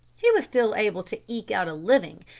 he was still able to eke out a living,